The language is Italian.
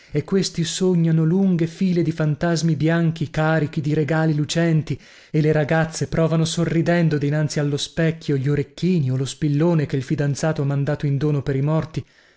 e questi sognano lunghe file di fantasmi bianchi carichi di regali lucenti e le ragazze provano sorridendo dinanzi allo specchio gli orecchini o lo spillone che il fidanzato ha mandato in dono per i morti